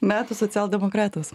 metų socialdemokratas